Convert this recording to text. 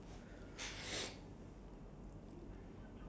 art is just like creative thinking